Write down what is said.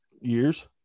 years